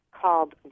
called